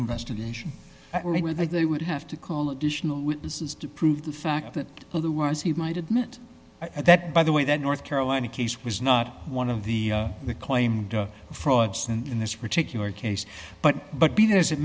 investigation where they would have to call additional witnesses to prove the fact that who was he might admit at that by the way that north carolina case was not one of the the claimed frauds in this particular case but but